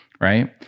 Right